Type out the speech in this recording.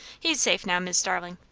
he's safe now, mis' starlin'.